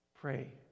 Pray